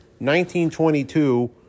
1922